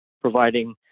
providing